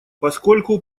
поскольку